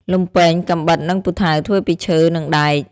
លំពែង កាំបិត និងពូថៅ ធ្វើពីឈើ និងដែក។